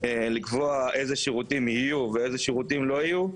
לקבוע אילו שירותים יהיו ואילו לא יהיו,